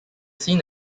seen